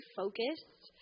focused